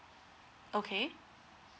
okay